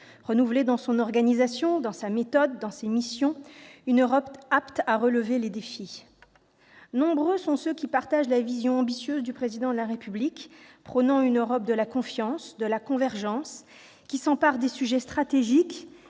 renouvelée dans son organisation, dans sa méthode, dans ses missions, une Europe apte à relever les défis ? Nombreux sont ceux qui partagent la vision ambitieuse du Président de la République, prônant une Europe de la confiance, de la convergence, qui s'empare des sujets stratégiques